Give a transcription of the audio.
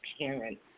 parents